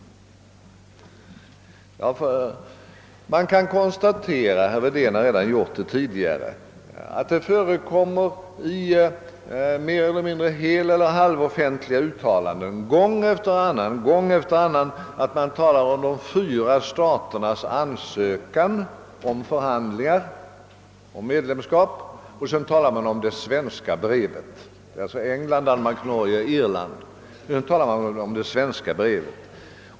Man kan konstatera — herr Wedén har redan gjort det tidigare vatt det gång efter annan i mer eller mindre heleller halvoffentliga uttalanden förekommer, att man talar om de fyra staternas ansökan om förhandlingar om medlemskap — därmed avses England, Danmark, Norge och Irland — och om »det svenska brevet».